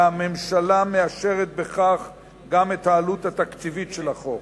והממשלה מאשרת בכך גם את העלות התקציבית של החוק.